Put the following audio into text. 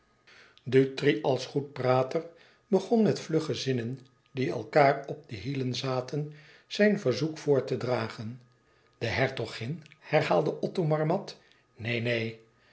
dutri als goed prater begon met vlugge zinnen die elkaâr op de hielen zaten zijn verzoek voor te dragen de hertogin herhaalde othomar mat neen neen